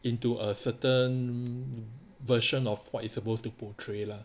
into a certain version of what it's supposed to portray lah